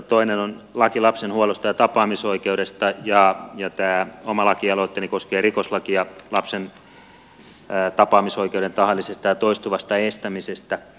toinen on laki lapsen huollosta ja tapaamisoikeudesta ja tämä oma lakialoitteeni koskee rikoslakia lapsen tapaamisoikeuden tahallisesta ja toistuvasta estämisestä